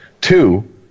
Two